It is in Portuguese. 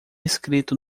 escrito